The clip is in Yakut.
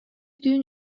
түүн